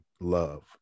love